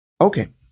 Okay